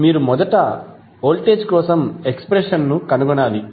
మీరు మొదట వోల్టేజ్ కోసం ఎక్స్ప్రెషన్ ను కనుగొనాలి